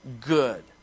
good